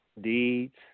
deeds